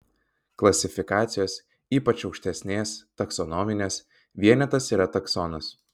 klasifikacijos ypač aukštesnės taksonominės vienetas yra taksonas